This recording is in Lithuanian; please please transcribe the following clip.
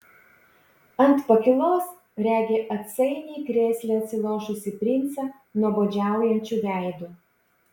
ant pakylos regi atsainiai krėsle atsilošusį princą nuobodžiaujančiu veidu